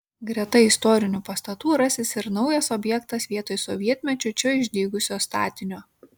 greta istorinių pastatų rasis ir naujas objektas vietoj sovietmečiu čia išdygusio statinio